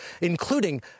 including